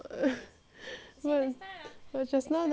well it's just now the recording